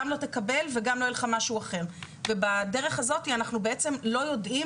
לא תקבל וגם לא יהיה לך משהו אחר ובדרך הזאת אנחנו בעצם לא יודעים